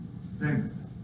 strength